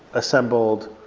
assembled,